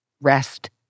rest